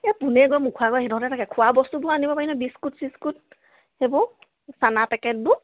এই পোনেই গৈ মুখৰ আগৰ সেইডোখৰতে থাকে খোৱা বস্তুবোৰ আনিব পাৰি নহয় বিস্কুট চিস্কুট সেইবোৰ চানা পেকেটবোৰ